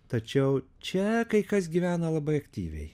tačiau čia kai kas gyvena labai aktyviai